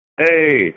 Hey